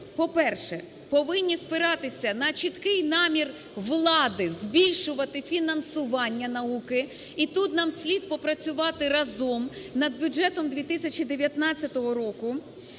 по-перше, повинні спиратися на чіткий намір влади збільшувати фінансування науки, і тут нам слід попрацювати разом над бюджетом 2019 року.